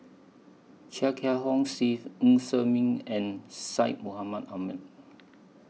Chia Kiah Hong Steve Ng Ser Miang and Syed Mohamed Ahmed